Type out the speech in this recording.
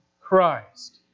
christ